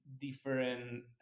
different